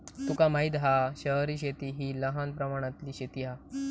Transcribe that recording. तुका माहित हा शहरी शेती हि लहान प्रमाणातली शेती हा